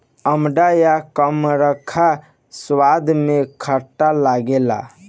अमड़ा या कमरख स्वाद में खट्ट लागेला